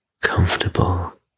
comfortable